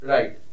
Right